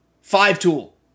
five-tool